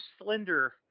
slender